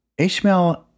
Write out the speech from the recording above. HTML